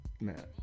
man